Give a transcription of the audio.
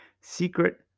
secret